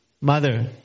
Mother